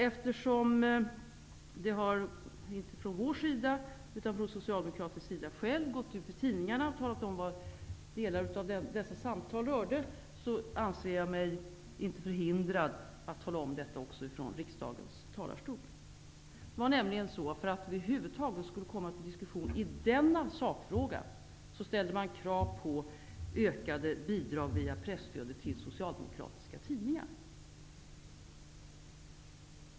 Eftersom man inte från vår sida utan från socialdemokratisk sida har gått ut till tidningarna och talat om vad delar av dessa samtal rörde, anser jag mig inte förhindrad att tala om detta också från riksdagens talarstol. För att vi över huvud taget skulle komma till diskussion i denna sakfråga, ställde man krav på ökade bidrag via presstödet till socialdemokratiska tidningar.